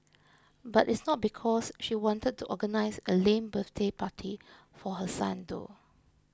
but it's not because she wanted to organise a lame birthday party for her son though